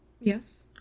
Yes